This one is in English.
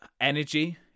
energy